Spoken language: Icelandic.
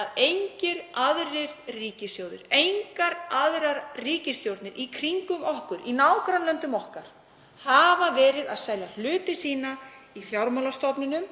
að engir aðrir ríkissjóðir, engar aðrar ríkisstjórnir í kringum okkur, í nágrannalöndum okkar, hafa verið að selja hluti sína í fjármálastofnunum